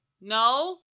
no